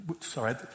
Sorry